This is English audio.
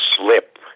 slip